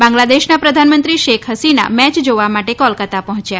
બાંગ્લાદેશના પ્રધાનમંત્રી શેખ હસીના મેચ જોવા માટે કોલકાતા પહોંચ્યા